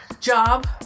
job